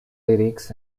lyrics